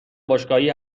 باشگاهی